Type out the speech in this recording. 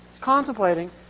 contemplating